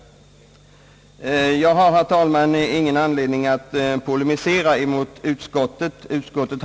Jag har, herr talman, ingen anledning att polemisera mot utskottet.